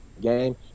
game